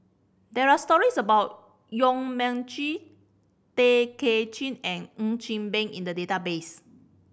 there are stories about Yong Mun Chee Tay Kay Chin and Ng Chee Meng in the database